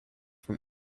from